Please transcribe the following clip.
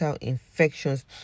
infections